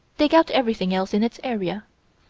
dig out everything else in its area.